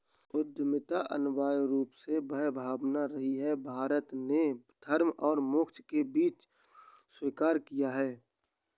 उद्यमिता अनिवार्य रूप से वह भावना रही है, भारत ने धर्म और मोक्ष के बीच स्वीकार किया है